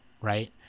right